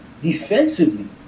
defensively